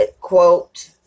Quote